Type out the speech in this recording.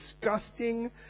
disgusting